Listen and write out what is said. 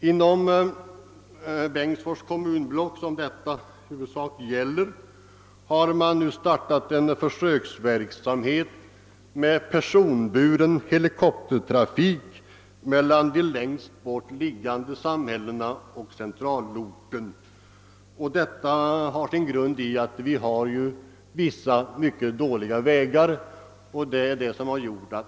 Inom Bengtsfors kommunblock, som det här i huvudsak gäller, har det nu startats en försöksverksamhet med personbefordrande helikoptertrafik mellan de längst bort liggande samhällena och centralorten. En av orsakerna härtill är att många vägar i området är mycket dåliga.